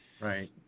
Right